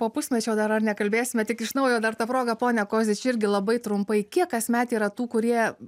po pusmečio dar ar nekalbėsime tik iš naujo dar ta proga ponia kozič irgi labai trumpai kiek kasmet yra tų kurie